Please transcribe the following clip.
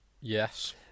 Yes